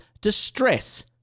distress